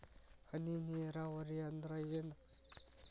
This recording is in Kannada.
ಹನಿ ನೇರಾವರಿ ಅಂದ್ರ ಏನ್?